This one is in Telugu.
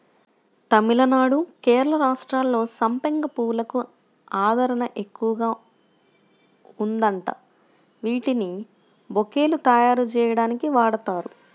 తమిళనాడు, కేరళ రాష్ట్రాల్లో సంపెంగ పూలకు ఆదరణ ఎక్కువగా ఉందంట, వీటిని బొకేలు తయ్యారుజెయ్యడానికి వాడతారు